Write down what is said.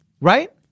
Right